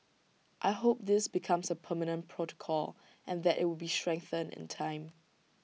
I hope this becomes A permanent protocol and that IT would be strengthened in time